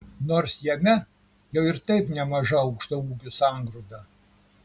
nors jame jau ir taip nemaža aukštaūgių sangrūda